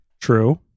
true